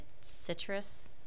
citrus